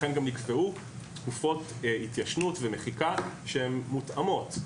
לכן גם נקבעו תקופות התיישנות ומחיקה שהן מותאמות,